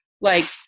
like-